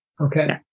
okay